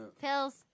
Pills